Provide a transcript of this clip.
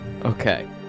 Okay